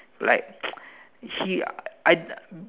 like she I